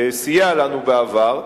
סייע לנו בעבר,